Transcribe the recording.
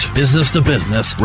business-to-business